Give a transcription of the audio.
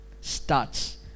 starts